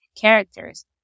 characters